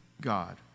God